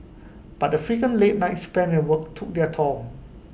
but the frequent late nights spent at work took their toll